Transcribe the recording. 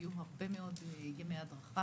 היו הרבה מאוד ימי הדרכה.